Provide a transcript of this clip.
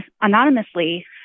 anonymously